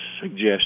suggestion